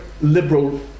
liberal